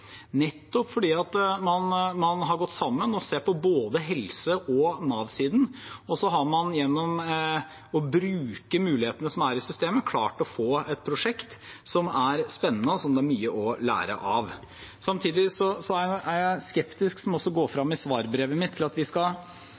nettopp fordi man har gått sammen og ser på både helse- og Nav-siden. Så har man gjennom å bruke mulighetene som er i systemet, klart å få et prosjekt som er spennende, og som det er mye å lære av. Samtidig er jeg skeptisk til, noe som også går fram av svarbrevet mitt, at vi skal